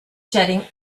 jetting